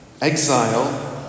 Exile